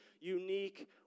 unique